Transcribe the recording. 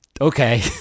okay